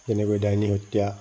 যেনেকৈ ডাইনী হত্যা